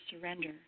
surrender